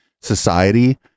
society